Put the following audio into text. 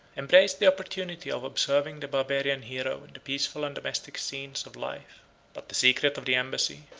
embraced the opportunity of observing the barbarian hero in the peaceful and domestic scenes of life but the secret of the embassy,